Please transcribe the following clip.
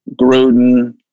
Gruden